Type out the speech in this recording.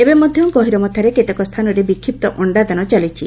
ଏବେ ମଧ୍ଧ ଗହୀରମଥାରେ କେତେକ ସ୍ସାନରେ ବିକ୍ଷିପ୍ତ ଅଣ୍ଡାଦାନ ଚାଲିଛି